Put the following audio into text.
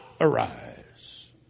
arise